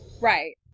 Right